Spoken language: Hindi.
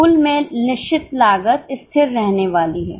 कुल में निश्चित लागत स्थिर रहने वाली है